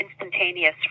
instantaneous